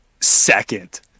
second